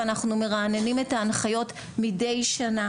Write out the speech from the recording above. ואנחנו מרעננים את ההנחיות מדי שנה